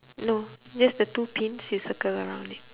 no just the two pins you circle around it